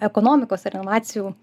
ekonomikos ir inovacijų